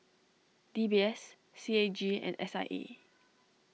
D B S C A G and S I E